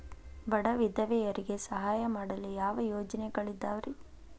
ಬಡ ವಿಧವೆಯರಿಗೆ ಸಹಾಯ ಮಾಡಲು ಯಾವ ಯೋಜನೆಗಳಿದಾವ್ರಿ?